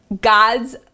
God's